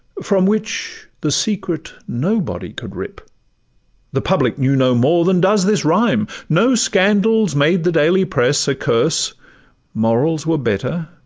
from which the secret nobody could rip the public knew no more than does this rhyme no scandals made the daily press a curse morals were better,